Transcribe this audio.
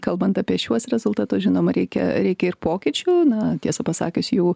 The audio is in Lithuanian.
kalbant apie šiuos rezultatus žinoma reikia reikia ir pokyčių na tiesą pasakius jų